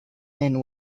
and